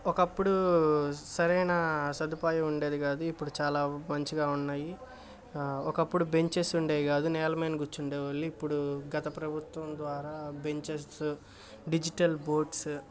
ఒకప్పుడు సరైన సదుపాయం ఉండేది కాదు ఇప్పుడు చాలా మంచిగా ఉన్నాయి ఒకప్పుడు బెంచెస్ ఉండేవి కాదు నేల మీద కూర్చునే వాళ్ళు ఇప్పుడు గత ప్రభుత్వం ద్వారా బెంచెస్ డిజిటల్ బోర్డ్స్